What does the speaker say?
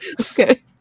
Okay